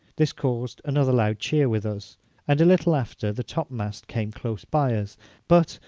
this caused another loud cheer with us and a little after the topmast came close by us but,